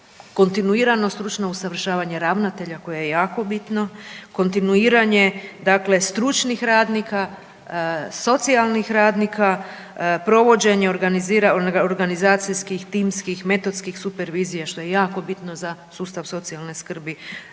kontinuirano stručno usavršavanje ravnatelja koje je jako bitno, kontinuiranje dakle stručnih radnika, socijalnih radnika, provođenje organizacijskih, timskih, metodskih supervizija što je jako bitno za sustav socijalne skrbi,